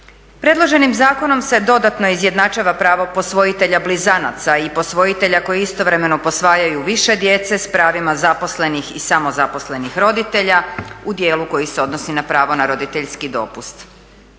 Predloženim zakonom se dodatno izjednačava pravo posvojitelja blizanaca i posvojitelja koji istovremeno posvajaju više djece sa pravima zaposlenih i samozaposlenih roditelja u dijelu koji se odnosi na pravo na roditeljski dopust.